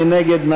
מי נגד?